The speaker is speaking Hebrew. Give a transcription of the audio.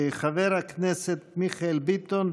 חבר הכנסת מיכאל ביטון,